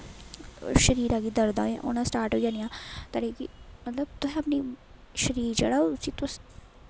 शरीरा गी दर्दां होना स्टार्ट होई जानियां तोआढ़े गी मतलब तुसें अपनी शरीर जेहड़ा उसी तुस